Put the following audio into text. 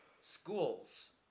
Schools